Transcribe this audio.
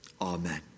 Amen